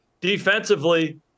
defensively